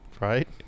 right